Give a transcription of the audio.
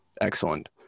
Excellent